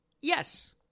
Yes